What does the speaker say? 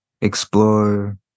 explore